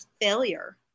failure